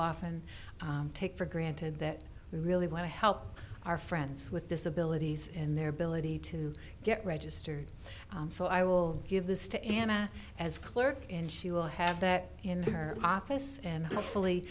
often take for granted that we really want to help our friends with disabilities and their ability to get registered so i will give this to anna as clerk and she will have that in her office and hopefully